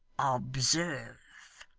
observe,